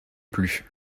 plus